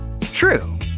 True